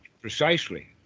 precisely